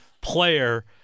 player